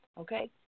okay